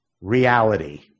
reality